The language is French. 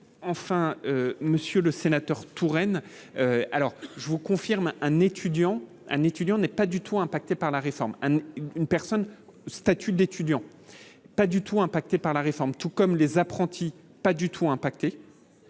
enfin, Monsieur le Sénateur Touraine alors je vous confirme un étudiant, un étudiant n'est pas du tout impacté par la réforme, une personne statut d'étudiant, pas du tout impacté par la réforme, tout comme les apprentis, pas du tout impacté